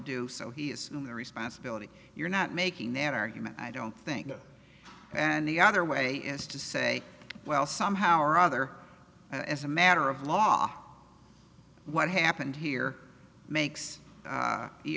do so he is in their responsibility you're not making that argument i don't think and the other way is to say well somehow or other as a matter of law what happened here makes